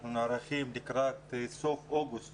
אנחנו נערכים לקראת סוף אוגוסט